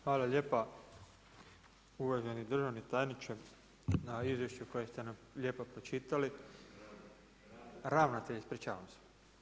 Hvala lijepa uvaženi državni tajniče na izvješću koji ste nam lijepo pročitali, [[Upadica: Ravnatelj.]] ravnatelj, ispričavam se.